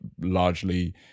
largely